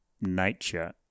nature